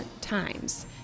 times